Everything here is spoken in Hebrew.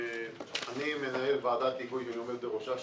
אני מנהל ועדת היגוי ועומד בראשה,